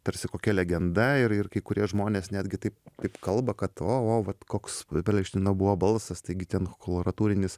tarsi kokia legenda ir ir kai kurie žmonės netgi taip kaip kalba kad o o vat koks peleršteino buvo balsas taigi ten koloratūrinis